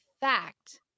fact